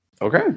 Okay